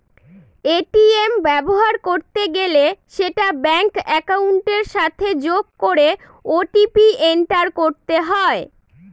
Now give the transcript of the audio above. ATM ব্যবহার করতে গেলে সেটা ব্যাঙ্ক একাউন্টের সাথে যোগ করে ও.টি.পি এন্টার করতে হয়